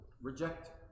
reject